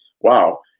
wow